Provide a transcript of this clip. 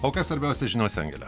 o kas svarbiausia žiniose angele